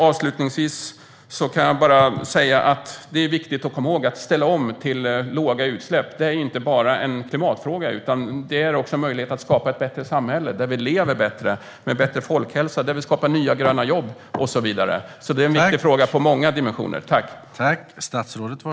Avslutningsvis vill jag säga att det är viktigt att komma ihåg att detta med att ställa om till låga utsläpp inte bara är en klimatfråga, utan det är också en möjlighet att skapa ett bättre samhälle, där vi lever bättre, med bättre folkhälsa, och skapar nya, gröna jobb och så vidare. Det är en viktig fråga i många dimensioner.